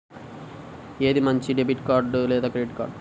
ఏది మంచిది, debit card లేదా క్రెడిట్ కార్డ్?